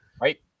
right